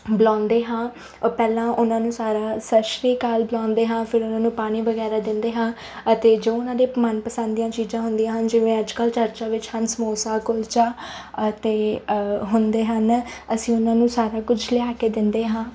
ਬੁਲਾਉਂਦੇ ਹਾਂ ਪਹਿਲਾਂ ਉਹਨਾਂ ਨੂੰ ਸਾਰਾ ਸਤਿ ਸ਼੍ਰੀ ਅਕਾਲ ਬੁਲਾਉਂਦੇ ਹਾਂ ਫਿਰ ਉਹਨਾਂ ਨੂੰ ਪਾਣੀ ਵਗੈਰਾ ਦਿੰਦੇ ਹਾਂ ਅਤੇ ਜੋ ਉਹਨਾਂ ਦੇ ਮਨਪਸੰਦ ਦੀਆਂ ਚੀਜ਼ਾਂ ਹੁੰਦੀਆਂ ਹਨ ਜਿਵੇਂ ਅੱਜ ਕੱਲ੍ਹ ਚਰਚਾ ਵਿੱਚ ਹਨ ਸਮੋਸਾ ਕੁਲਚਾ ਅਤੇ ਹੁੰਦੇ ਹਨ ਅਸੀਂ ਉਹਨਾਂ ਨੂੰ ਸਾਰਾ ਕੁਝ ਲਿਆ ਕੇ ਦਿੰਦੇ ਹਾਂ